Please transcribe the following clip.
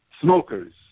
smokers